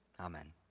Amen